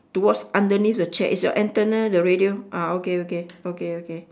towards underneath the chair is your antenna the radio ah okay okay okay okay